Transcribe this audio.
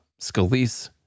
Scalise